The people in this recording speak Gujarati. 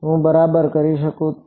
હું બરાબર કરી શકું છું